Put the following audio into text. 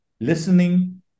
listening